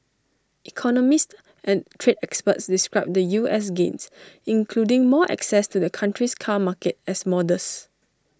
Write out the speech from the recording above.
economists and trade experts described the US's gains including more access to the country's car market as modest